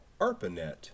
ARPANET